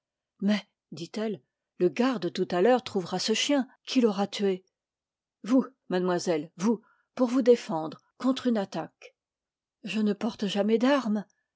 mais dit-elle le garde tout à l'heure trouvera ce chien qui l'aura tué vous mademoiselle vous pour vous défendre contre une attaque je ne porte jamais d'arme